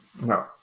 No